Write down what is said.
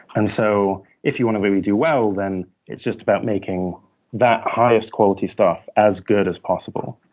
and so if you want to really do well, then it's just about making that highest quality stuff as good as possible,